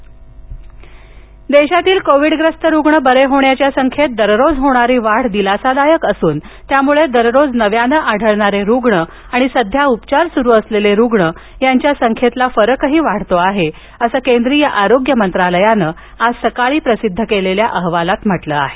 Covid राष्ट्रीय देशातील कोविडग्रस्त रुग्ण बरे होण्याच्या संख्येत दररोज होणारी वाढ दिलासादायक असून त्यामुळे दररोज नव्यानं आढळणारे रुग्ण आणि सध्या उपचार सुरू असलेले रुग्ण यांच्या संख्येतील फरकही वाढतो आहे असं केंद्रीय आरोग्य मंत्रालयानं आज सकाळी प्रसिद्ध केलेल्या अहवालात म्हटलं आहे